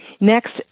Next